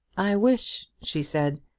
i wish, she said,